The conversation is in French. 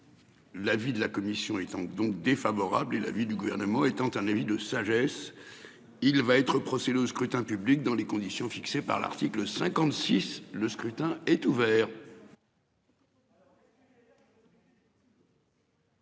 L'avis de la commission étant donc défavorable et l'avis du gouvernement étant un avis de sagesse. Il va être procédé au scrutin public dans les conditions fixées par l'article 56, le scrutin est ouvert.